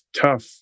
tough